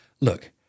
Look